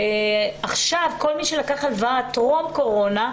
עכשיו כל מי שלקח הלוואה טרום קורונה,